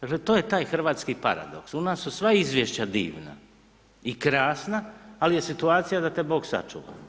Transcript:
Dakle, to je taj hrvatski paradoks, u nas su sva izvješća divna i krasna ali je situacija da te Bog sačuva.